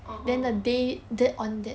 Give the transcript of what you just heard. orh